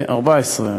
התשע"ה 2014,